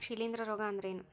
ಶಿಲೇಂಧ್ರ ರೋಗಾ ಅಂದ್ರ ಏನ್?